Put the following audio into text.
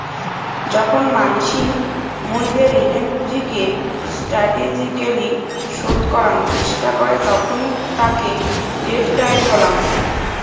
যখন মানসি মুইদের ঋণের পুঁজিকে স্টাটেজিক্যলী শোধ করাং চেষ্টা করে তখন তাকে ডেট ডায়েট বলাঙ্গ